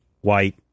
white